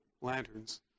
lanterns